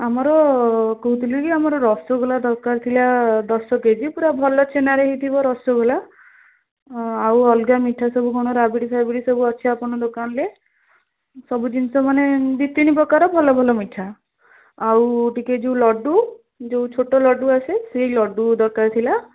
ଆମର କହୁଥିଲି କି ଆମର ରସଗୋଲା ଦରକାର ଥିଲା ଦଶ କେଜି ପୁରା ଭଲ ଛେନାରେ ହେଇଥିବ ରସଗୋଲା ଆଉ ଅଲଗା ମିଠା ସବୁ କଣ ରାବିଡ଼ି ଫାବିଡ଼ି ସବୁ ଅଛି ଆପଣଙ୍କ ଦୋକାନରେ ସବୁ ଜିନିଷ ମାନେ ଦୁଇ ତିନି ପ୍ରକାରର ଭଲ ଭଲ ମିଠା ଆଉ ଟିକିଏ ଯେଉଁ ଲଡ଼ୁ ଯେଉଁ ଛୋଟ ଲଡ଼ୁ ଆସେ ସେଇ ଲଡ଼ୁ ଦରକାର ଥିଲା